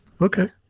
okay